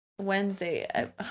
Wednesday